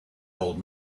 old